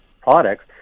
products